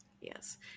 Yes